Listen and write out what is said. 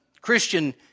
Christian